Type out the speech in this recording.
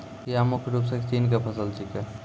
चिया मुख्य रूप सॅ चीन के फसल छेकै